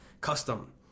Custom